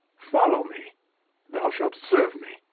follow me thou shalt serve me.